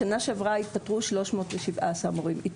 בשנה שעברה התפטרו 317 מורים,